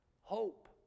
hope